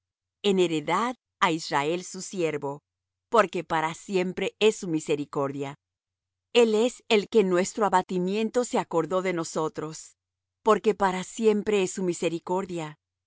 en heredad á israel su siervo porque para siempre es su misericordia el es el que en nuestro abatimiento se acordó de nosotros porque para siempre es su misericordia